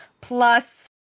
plus